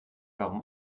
warum